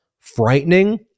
frightening